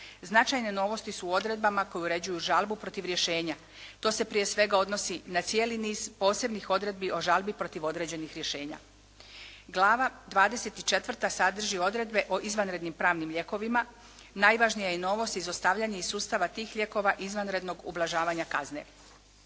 Značajne novosti su u odredbama koje uređuju žalbu protiv rješenja. To se prije svega odnosi na cijeli niz posebnih odredbi o žalbi protiv određenih rješenja. Glava 24. sadrži odredbe o izvanrednim pravnim lijekovima. Najvažnija je novost izostavljanje iz sustava tih lijekova izvanrednog ublažavanja kazne.